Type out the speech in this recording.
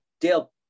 Dale